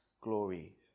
glory